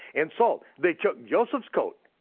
and so they took joseph's coat,